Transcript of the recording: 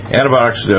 antibiotics